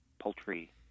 poultry